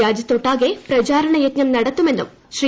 രാജ്യത്തൊട്ടാകെ പ്രചാരണ യജ്ഞം നടത്തുമെന്നും ശ്രീ